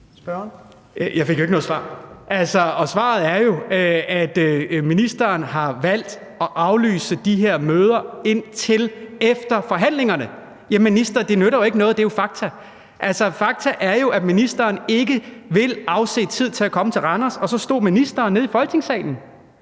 Jeg fik jo ikke noget svar. Og svaret er jo altså, at ministeren har valgt at aflyse de her møder indtil efter forhandlingerne. Jamen, minister, det nytter jo ikke noget. Det er jo fakta, altså, fakta er jo, at ministeren ikke vil afse tid til at komme til Randers. Og så stod ministeren nede i Folketingssalen